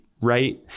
right